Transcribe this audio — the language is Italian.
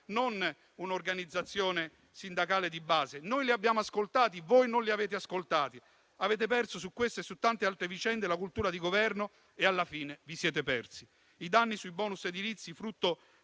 non un'organizzazione sindacale di base. Noi li abbiamo ascoltati, voi non li avete ascoltati. Avete perso su questo e su tante altre vicende la cultura di governo e alla fine vi siete persi. I danni sui *bonus* edilizi, frutto